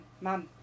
mom